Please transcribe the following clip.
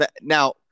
Now